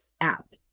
app